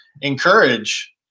encourage